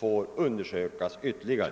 bör undersökas ytterligare.